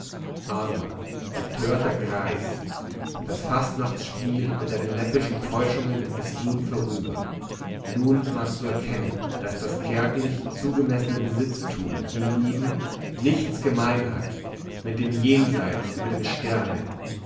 armer betörter greis das fastnachtsspiel mit seinen läppischen täuschungen ist nun vorüber nun magst du erkennen daß das kärglich zugemessene besitztum hienieden nichts gemein hat mit dem jenseits über den sternen